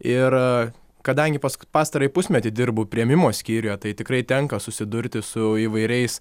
ir kadangi pask pastarąjį pusmetį dirbu priėmimo skyriuje tai tikrai tenka susidurti su įvairiais